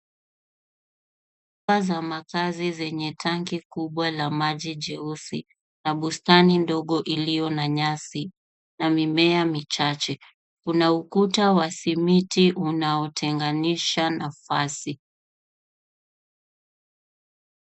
Nyumba za makazi zenye tanki kubwa la maji jeusi na bustani ndogo iliyo na nyasi na mimea michache. Kuna ukuta wa simiti unaotenganisha nafasi.